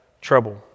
trouble